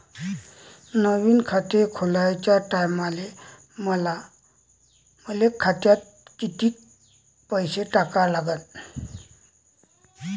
नवीन खात खोलाच्या टायमाले मले खात्यात कितीक पैसे टाका लागन?